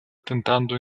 tentando